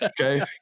Okay